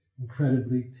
incredibly